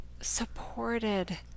supported